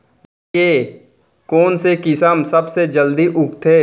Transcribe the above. धान के कोन से किसम सबसे जलदी उगथे?